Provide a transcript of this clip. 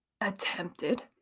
attempted